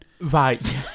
Right